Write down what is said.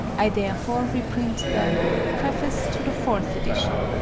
i therefore reprint the preface to the fourth edition.